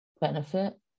benefit